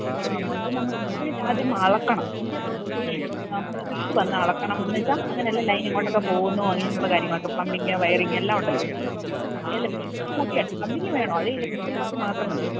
ആ മൊത്തം നമുക്ക് എസ്റ്റിമേറ്റ് ആദ്യം അളക്കണം പിന്നെ നമ്മൾ വീട് വന്നു അളക്കണം എന്നിട്ട് അങ്ങനെയുള്ള ലൈന് എങ്ങോട്ടൊക്കെ പോകുന്നു അങ്ങനെയുള്ള കാര്യങ്ങളൊക്കെ പ്ലംബിംഗ് വയറിങ് എല്ലാം ഉണ്ടല്ലോ എല്ല പ്ലംബിംഗ് കൂട്ടിയാണോ പ്ലംബിംഗ് വേണോ അതോ ഇലക്ട്രിക്കൽ വർക്ക് മാത്രം മതിയോ